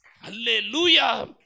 Hallelujah